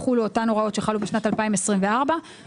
שיהיה בשנה נוספת ויחולו פסקאות (1) ו-(2) לסעיף קטן (ג).